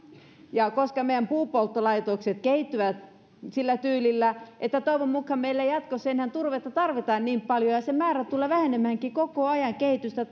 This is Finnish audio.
koska meidän puupolttolaitoksemme kehittyvät sillä tyylillä että toivon mukaan meillä ei jatkossa enää turvetta tarvita niin paljon ja se määrä tulee vähenemäänkin koko ajan kehitystä